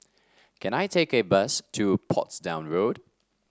can I take a bus to Portsdown Road